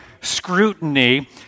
scrutiny